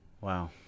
Wow